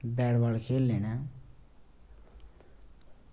bat ball खेल्लने न